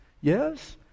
Yes